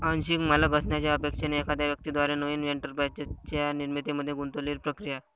आंशिक मालक असण्याच्या अपेक्षेने एखाद्या व्यक्ती द्वारे नवीन एंटरप्राइझच्या निर्मितीमध्ये गुंतलेली प्रक्रिया